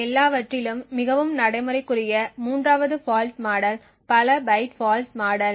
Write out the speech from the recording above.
எல்லாவற்றிலும் மிகவும் நடைமுறைக்குரிய மூன்றாவது ஃபால்ட் மாடல் பல பைட் ஃபால்ட் மாடல்